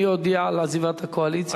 מי הודיע על עזיבת הקואליציה?